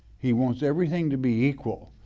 he wants everything to be equal.